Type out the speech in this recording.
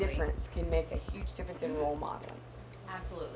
difference can make a huge difference in role model